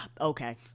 okay